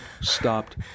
stopped